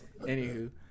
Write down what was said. Anywho